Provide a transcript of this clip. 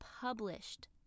published